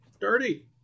dirty